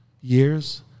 years